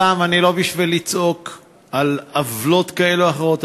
הפעם אני כאן לא בשביל לצעוק על עוולות כאלה או אחרות,